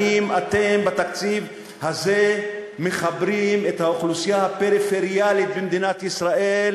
האם אתם בתקציב הזה מחברים את האוכלוסייה הפריפריאלית בישראל